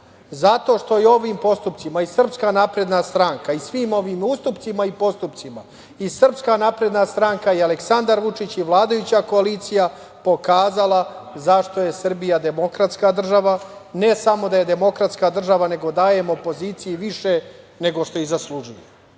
start nego pozicija.Zašto je to tako? Zato što i svim ovim ustupcima i postupcima Srpska napredna stranka, Aleksandar Vučić i vladajuća koalicija je pokazala zašto je Srbija demokratska država, ne samo da je demokratska država, nego dajemo opoziciji više nego što je i zaslužila,